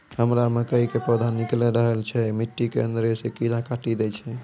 हमरा मकई के पौधा निकैल रहल छै मिट्टी के अंदरे से कीड़ा काटी दै छै?